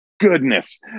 Goodness